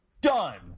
done